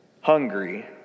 hungry